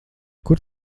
kur